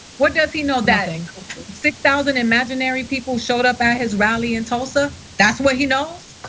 what does he know that and six thousand imaginary people showed up at his rally in tulsa? that's what he knows?